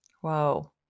Whoa